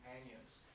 companions